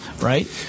right